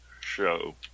show